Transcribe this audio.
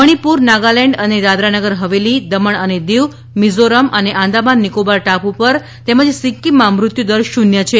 મણીપુર નાગાલેન્ડ અને દાદરાનગર હવેલી દમણ અને દીવ મિઝોરમ અને આંદામાન નિકોબાર ટાપુ પર તેમજ સિકકીમમાં મૃત્યુદર શુન્ય છે